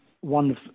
one